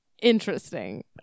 interesting